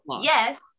yes